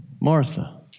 Martha